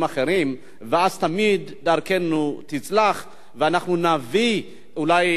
ואז תמיד דרכנו תצלח ואנחנו נביא אולי את מה שקרה לנו.